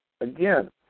again